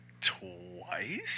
twice